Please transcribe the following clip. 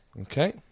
Okay